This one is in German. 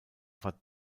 war